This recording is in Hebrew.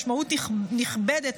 משמעות נכבדת,